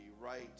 right